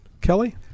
Kelly